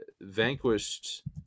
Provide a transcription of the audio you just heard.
vanquished